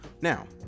now